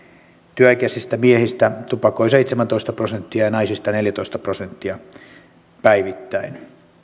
työikäisistä miehistä tupakoi seitsemäntoista prosenttia ja naisista neljätoista prosenttia päivittäin